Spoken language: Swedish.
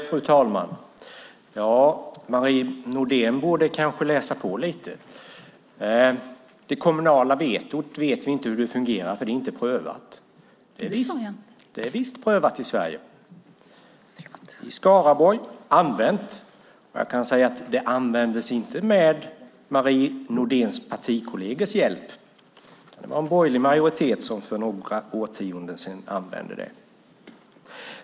Fru talman! Marie Nordén borde kanske läsa på lite grann. Hon säger att vi inte vet hur det kommunala vetot fungerar eftersom det inte är prövat. Det är visst prövat i Sverige! Det har använts i Skaraborg, och jag kan säga att det inte användes med hjälp från Marie Nordéns partikolleger. Det var en borgerlig majoritet som för några årtionden sedan använde det.